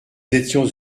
étions